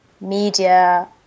media